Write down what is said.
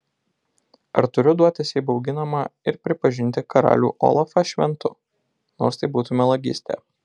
ar turiu duotis įbauginama ir pripažinti karalių olafą šventu nors tai būtų melagystė